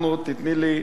תיתני לי,